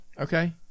Okay